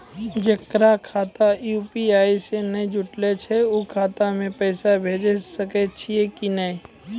जेकर खाता यु.पी.आई से नैय जुटल छै उ खाता मे पैसा भेज सकै छियै कि नै?